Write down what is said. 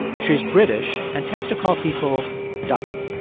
she's british and tends to call people ducky.